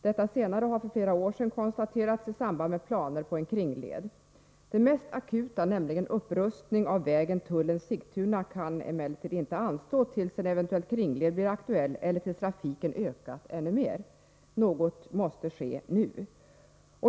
Det senare har för flera år sedan konstaterats i samband med planer på en kringled. Det mest akuta, nämligen upprustning av vägen Tullen-Sigtuna, kan emellertid inte anstå tills en eventuell kringled blir aktuell eller tills trafiken ökat ännu mer. Något måste ske nu.